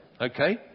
Okay